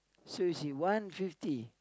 so you see one fifty